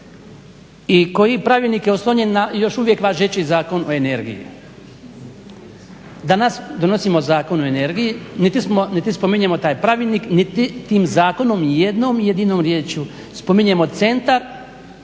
i koji pravilnik je oslonjen na još uvijek važeći Zakon o energiji. Danas donosimo Zakon o energiji, niti spominjemo taj pravilnik niti tim zakonom jednom jedinom rječju spominjemo Centar